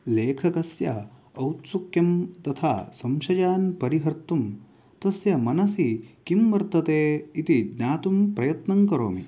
लेखकस्य औत्सुक्यं तथा संशयान् परिहर्तुं तस्य मनसि किं वर्तते इति ज्ञातुं प्रयत्नं करोमि